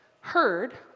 heard